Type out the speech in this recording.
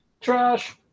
Trash